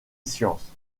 science